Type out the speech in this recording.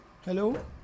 Hello